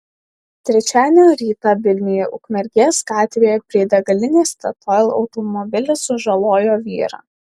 trečiadienio rytą vilniuje ukmergės gatvėje prie degalinės statoil automobilis sužalojo vyrą